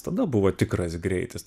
tada buvo tikras greitis